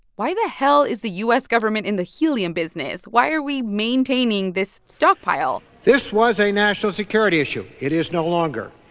why the hell is the u s. government in the helium business? why are we maintaining this stockpile? this was a national security issue. it is no longer.